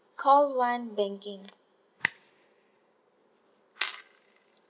call one banking